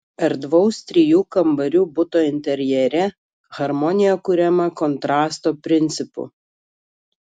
erdvaus trijų kambarių buto interjere harmonija kuriama kontrasto principu